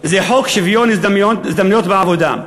זה חוק שוויון ההזדמנויות בעבודה.